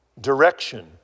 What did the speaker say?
direction